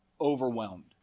overwhelmed